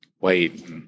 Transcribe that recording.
wait